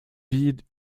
vides